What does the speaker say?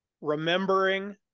remembering